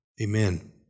amen